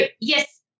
yes